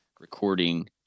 recording